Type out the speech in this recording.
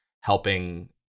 helping